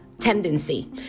tendency